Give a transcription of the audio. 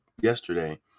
yesterday